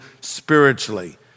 spiritually